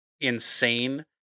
insane